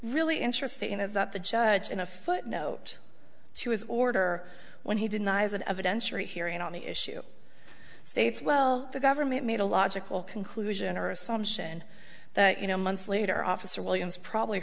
really interesting is that the judge in a footnote to his order when he denies that evidentiary hearing on the issue states well the government made a logical conclusion or assumption that you know months later officer williams probably